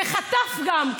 וחטף גם,